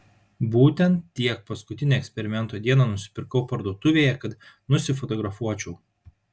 būtent tiek paskutinę eksperimento dieną nusipirkau parduotuvėje kad nusifotografuočiau